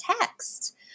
text